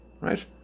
Right